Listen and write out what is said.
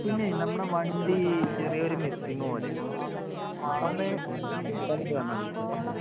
പിന്നെ നമ്മുടെ വണ്ടി ചെറിയൊരു മിസ്സിംഗ് പോലെ അതൊന്നു കാണിക്കാൻ വന്നതാണ്